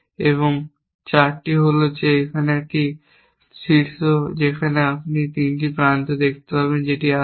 এবং 4 হল একটি এল শীর্ষ যেখানে আপনি তৃতীয় প্রান্তটি দেখতে পারবেন না যেটি আসছে